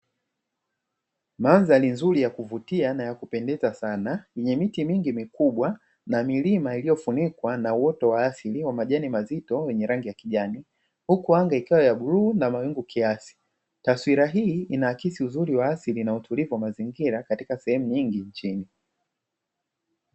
Mandhari nzuri ya kuvutia na ya kupendeza sana yenye miti mingi mikubwa na milima iliyofunikwa na uoto wa asili wa majani mazito yenye rangi ya kijani, huku anga ikiwa ya bluu na mawingu kiasi. Taswira hii inaakisi uzuri wa asili na utulivu wa mazingira katika sehemu nyingi nchini.